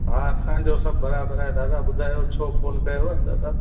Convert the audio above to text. हा असांजो सभु बराबरु आहे दादा ॿुधायो छो फोन कयुव दादा